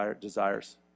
desires